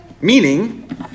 Meaning